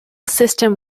system